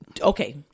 Okay